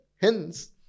hence